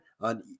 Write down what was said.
on